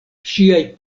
ŝiaj